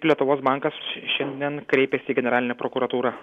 lietuvos bankas šiandien kreipėsi į generalinę prokuratūrą